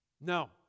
No